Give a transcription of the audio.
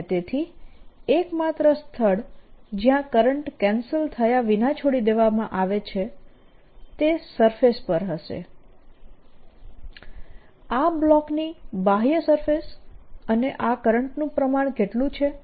અને તેથી એક માત્ર સ્થળ જ્યાં કરંટ કેન્સલ થયા વિના છોડી દેવામાં આવે તે સરફેસ પર હશે આ બ્લોકની બાહ્ય સરફેસ અને આ કરંટનું પ્રમાણ કેટલું છે